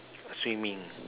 swimming